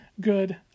good